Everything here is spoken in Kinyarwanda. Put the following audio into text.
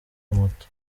moto